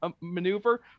maneuver